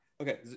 Okay